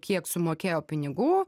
kiek sumokėjo pinigų